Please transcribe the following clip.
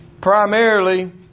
Primarily